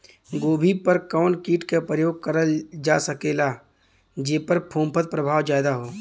गोभी पर कवन कीट क प्रयोग करल जा सकेला जेपर फूंफद प्रभाव ज्यादा हो?